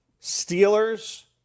Steelers